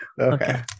Okay